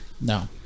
No